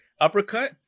uppercut